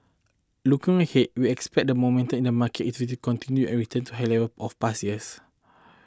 looking ahead we expect the momentum in the market is to continue and return to high level of past years